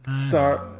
start